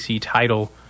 title